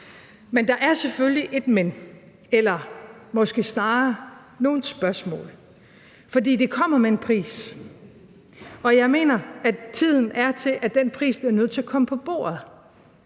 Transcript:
Men der er selvfølgelig et »men« eller måske snarere nogle spørgsmål, for det kommer med en pris. Og jeg mener, at tiden er til, at den pris bliver nødt til at komme på bordet.